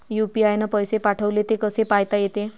UPI न पैसे पाठवले, ते कसे पायता येते?